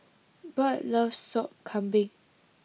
Bert loves Sop Kambing